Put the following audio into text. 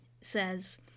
says